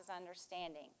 understanding